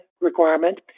requirement